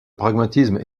pragmatisme